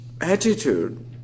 attitude